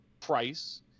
price